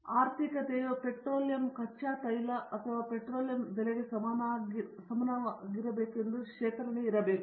ಆರ್ಥಿಕತೆಯು ಪೆಟ್ರೋಲಿಯಂ ಕಚ್ಚಾ ತೈಲ ಅಥವಾ ಪೆಟ್ರೋಲಿಯಂ ಬೆಲೆಗೆ ಸಮನಾಗಿರಬೇಕು ಎಂದು ಶೇಖರಣೆಯು ಇರಬೇಕು